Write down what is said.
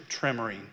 tremoring